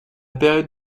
période